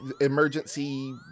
emergency